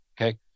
okay